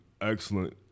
excellent